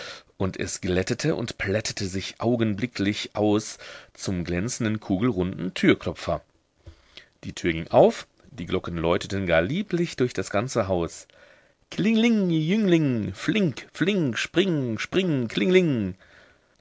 und es glättete und plättete sich augenblicklich aus zum glänzenden kugelrunden türklopfer die tür ging auf die glocken läuteten gar lieblich durch das ganze haus klingling jüngling flink flink spring